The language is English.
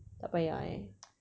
tak payah eh